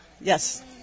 Yes